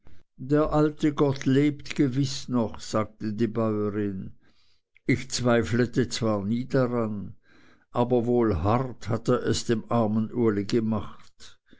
der alte gott lebt gewiß noch sagte die bäurin ich zweiflete zwar nie daran aber wohl hart hat er es dem armen uli gemacht